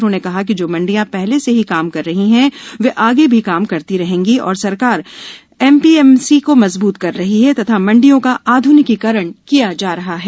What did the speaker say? उन्होंने कहा कि जो मंडियां पहले से ही काम कर रही हैं वे आगे भी काम करती रहेंगी और सरकार एपीएमसी को मजबूत कर रही है तथा मंडियों का आध्निकीकरण किया जा रहा है